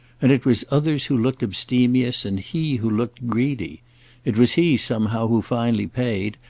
and it was others who looked abstemious and he who looked greedy it was he somehow who finally paid,